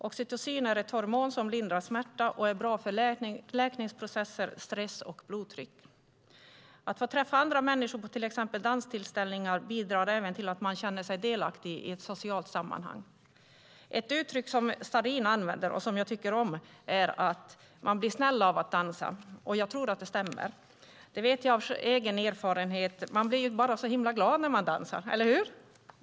Oxytocin är ett hormon som lindrar smärta och är bra för läkningsprocesser, stress och blodtryck. Att få träffa andra människor på till exempel danstillställningar bidrar även till att man känner sig delaktig i ett socialt sammanhang. Ett uttryck som Starrin använder, och som jag tycker om, är att "man blir snäll av att dansa". Jag tror att det stämmer. Det vet jag själv av egen erfarenhet, man blir ju bara så himla glad när man dansar, eller hur?